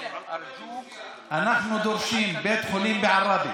אנחנו דורשים בית חולים בעראבה,